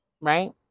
right